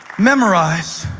memorize,